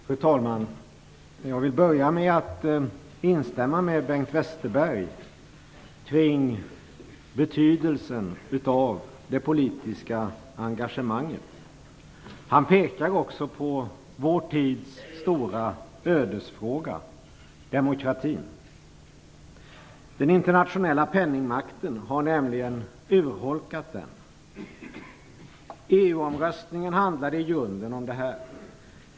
Fru talman! Jag vill börja med att instämma med Bengt Westerberg kring betydelsen av det politiska engagemanget. Han pekade också på vår tids stora ödesfråga: demokratin. Den internationella penningmakten har nämligen urholkat demokratin. EU-omröstningen handlade i grunden om detta.